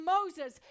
Moses